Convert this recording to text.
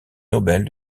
nobel